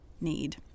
need